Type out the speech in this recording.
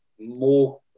more